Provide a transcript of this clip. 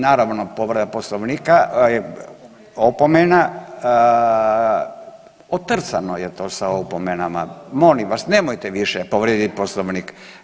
Naravno povreda Poslovnika je opomena, otrcano je to sa opomenama, molim vas nemojte više povrijediti Poslovnik.